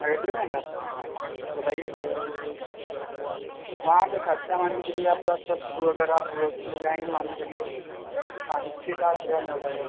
आगरा चले जाएँगे आप बताइएगा वहाँ पर ख़र्चा मान के चलिए आपका सब अगर आप सिंगल जाएँगे तो मान के चलिए पाँच छः सात हज़ार में हो जाएगा